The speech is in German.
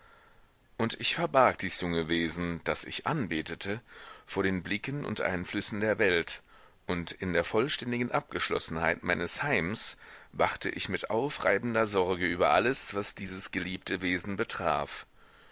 und ich verbarg dies junge wesen das ich anbetete vor den blicken und einflüssen der welt und in der vollständigen abgeschlossenheit meines heims wachte ich mit aufreibender sorge über alles was dieses geliebte wesen betraf